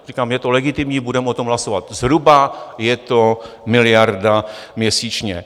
Říkám, je to legitimní, budeme o tom hlasovat, zhruba je to miliarda měsíčně.